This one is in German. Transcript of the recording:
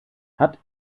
hat